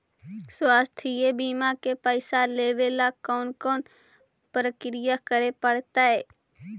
स्वास्थी बिमा के पैसा लेबे ल कोन कोन परकिया करे पड़तै?